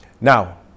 Now